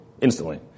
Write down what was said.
instantly